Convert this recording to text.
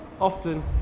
often